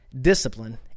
discipline